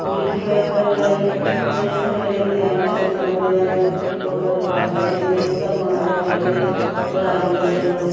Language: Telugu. కూలికి పోయేటోళ్ళు వెళ్ళి చేసేటోళ్ళు ఏంటి అని అంటే పొద్దున్న ఉదయాన్నే పోతారు వాళ్ళకింత ఇస్తాము అంటే వాళ్ళు పోయి ఒరాలు తీసుడు